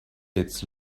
its